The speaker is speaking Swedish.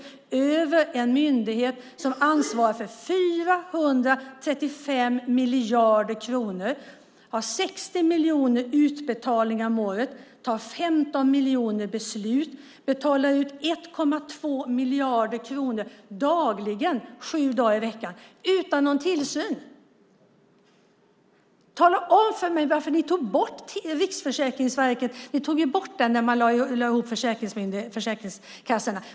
Försäkringskassan är en myndighet som har ansvar för 435 miljarder kronor, gör 60 miljoner utbetalningar om året, tar 15 miljoner beslut och betalar ut 1,2 miljarder kronor dagligen sju dagar i veckan - utan någon tillsyn. Tala om för mig varför ni tog bort Riksförsäkringsverket när ni lade ihop försäkringskassorna?